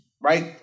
right